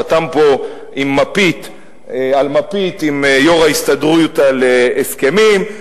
חתם פה על מפית עם יושב-ראש ההסתדרות על הסכמים,